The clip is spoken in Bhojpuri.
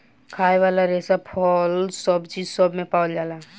खाए वाला रेसा फल, सब्जी सब मे पावल जाला